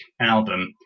album